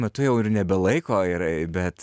metu jau ir nebelaiko ir bet